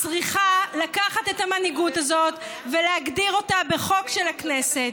צריכים לקחת את המנהיגות הזאת ולהגדיר אותה בחוק של הכנסת.